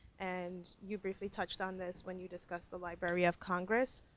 and you briefly touched on this when you discussed the library of congress.